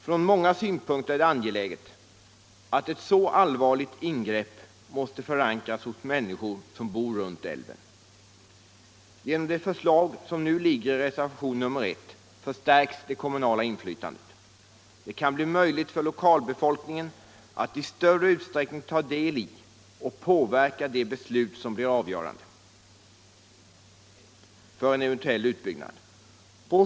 Från många synpunkter är det angeläget att ett så allvarligt ingrepp förankras hos människor som bor runt älven. Genom det förslag som nu föreligger i reservationen I förstärks det kommunala inflytandet. Det kan bli möjligt för lokalbefolkningen att i större utsträckning ta del i och påverka de beslut som blir avgörande för en eventuell utbyggnad.